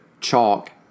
chalk